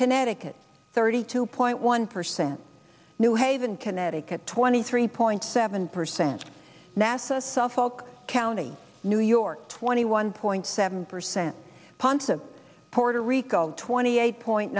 connecticut thirty two point one percent new haven connecticut twenty three point seven percent nasa self help county new york twenty one point seven percent ponce of puerto rico twenty eight point